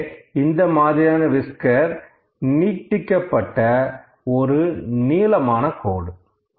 எனவே இந்த மாதிரியான விஸ்கர் நீட்டிக்கப்பட்ட ஒரு நீளமான கோடு